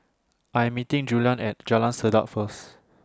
I Am meeting Juliann At Jalan Sedap First